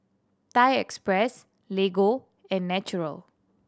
Thai Express Lego and Naturel